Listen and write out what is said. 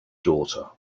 daughter